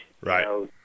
Right